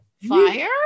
fire